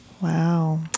Wow